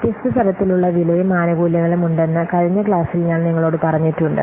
വ്യത്യസ്ത തരത്തിലുള്ള വിലയും ആനുകൂല്യങ്ങളും ഉണ്ടെന്ന് കഴിഞ്ഞ ക്ലാസിൽ ഞാൻ നിങ്ങളോട് പറഞ്ഞിട്ടുണ്ട്